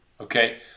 Okay